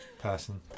person